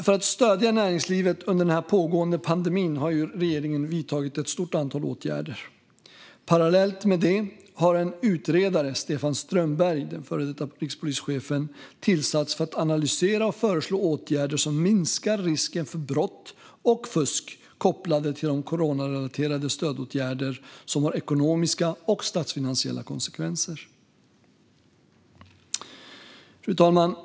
För att stödja näringslivet under den pågående pandemin har regeringen vidtagit ett stort antal åtgärder. Parallellt med det har en utredare, före detta rikspolischefen Stefan Strömberg, tillsatts för att analysera och föreslå åtgärder som minskar risken för brott och fusk kopplade till de coronarelaterade stödåtgärder som har ekonomiska och statsfinansiella konsekvenser. Fru talman!